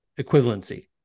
Equivalency